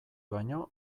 baino